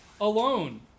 alone